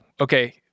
okay